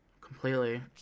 Completely